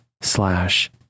slash